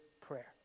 prayer